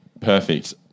Perfect